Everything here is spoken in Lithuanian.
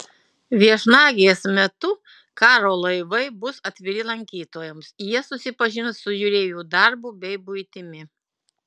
viešnagės metu karo laivai bus atviri lankytojams jie susipažins su jūreivių darbu bei buitimi